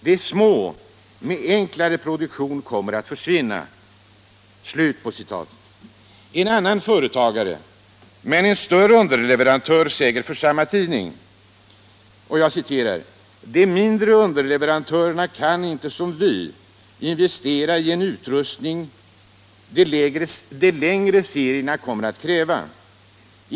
De små med enklare produktion kommer att försvinna.” En annan företagare som är större underleverantör säger till samma tidning: ”De mindre underleverantörerna kan inte, som vi, investera i den utrustning de längre serierna kommer att kräva.